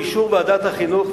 באישור ועדת החינוך,